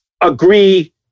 agree